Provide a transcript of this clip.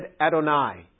Adonai